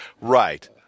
Right